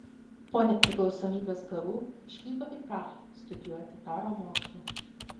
po nepriklausomybės karų išvyko į prahą studijuoti karo mokslų